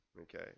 Okay